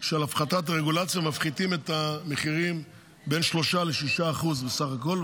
של הפחתת רגולציה מפחיתים את המחירים ב-6%-3% בסך הכול.